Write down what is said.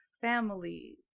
family